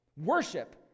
Worship